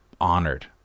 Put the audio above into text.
honored